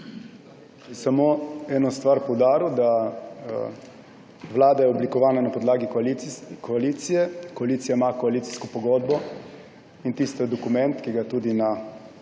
Samo eno stvar bi poudaril. Vlada je oblikovana na podlagi koalicije, koalicija ima koalicijsko pogodbo. To je dokument, ki ga tudi na